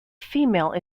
female